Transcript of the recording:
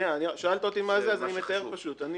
זה מה שחשוב.